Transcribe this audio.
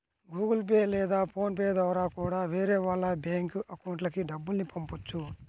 Google pay లేదా phone pay ద్వారా కూడా వేరే వాళ్ళ బ్యేంకు అకౌంట్లకి డబ్బుల్ని పంపొచ్చు